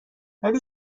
ولی